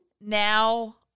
now